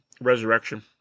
resurrection